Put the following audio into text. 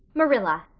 marilla,